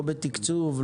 לא בתקצוב,